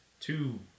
two